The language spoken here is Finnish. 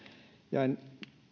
jäin